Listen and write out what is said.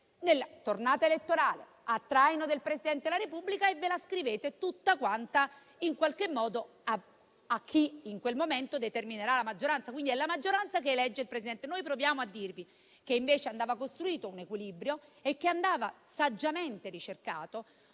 nella tornata elettorale, a traino del Presidente del Consiglio, ed ascrivete tutto a chi, in quel momento, determinerà la maggioranza. È quindi la maggioranza che elegge il Presidente. Noi proviamo a dirvi che, invece, andava costruito un equilibrio e che andava saggiamente ricercata